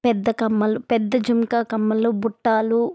పెద్ద కమ్మలు పెద్ద జుంకా కమ్మలు బుట్టాలు